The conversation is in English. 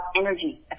energy